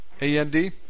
A-N-D